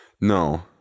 No